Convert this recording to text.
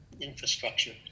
infrastructure